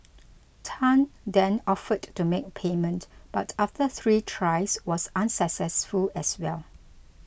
tan then offered to make payment but after three tries was unsuccessful as well